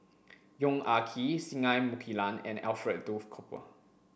Yong Ah Kee Singai Mukilan and Alfred Duff Cooper